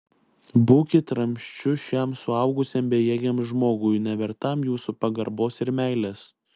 būkit ramsčiu šiam suaugusiam bejėgiam žmogui nevertam jūsų pagarbos ir meilės